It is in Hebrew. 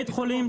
בית חולים,